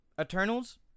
Eternals